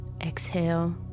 Exhale